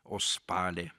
o spali